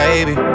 Baby